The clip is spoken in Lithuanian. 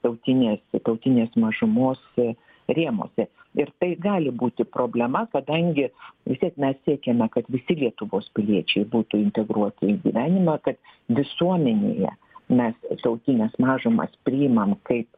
tautinės tautinės mažumos rėmuose ir tai gali būti problema kadangi vistiek mes siekiame kad visi lietuvos piliečiai būtų integruoti į gyvenimą kad visuomenėje mes tautines mažumas priimam kaip